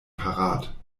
parat